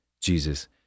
Jesus